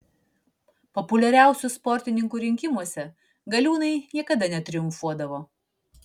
populiariausių sportininkų rinkimuose galiūnai niekada netriumfuodavo